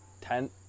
Ten